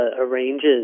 arranges